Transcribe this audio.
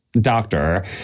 doctor